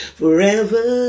forever